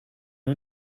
you